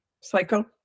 cycle